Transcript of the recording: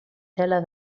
tela